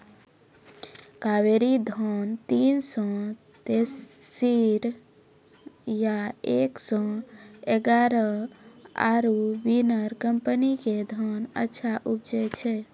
कावेरी धान तीन सौ तेंतीस या एक सौ एगारह आरु बिनर कम्पनी के धान अच्छा उपजै छै?